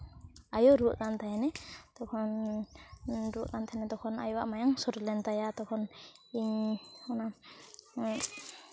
ᱟᱭᱳᱭ ᱨᱩᱣᱟᱹᱜ ᱠᱟᱱ ᱛᱟᱦᱮᱱᱮ ᱛᱚᱠᱷᱚᱱ ᱨᱩᱣᱟᱹᱜ ᱠᱟᱱ ᱛᱟᱦᱮᱱᱟᱭ ᱛᱚᱠᱷᱚᱱ ᱟᱭᱳᱣᱟᱜ ᱢᱟᱭᱟᱢ ᱥᱚᱴ ᱞᱮᱱ ᱛᱟᱭᱟ ᱛᱚᱠᱷᱚᱱ ᱤᱧ ᱚᱱᱟ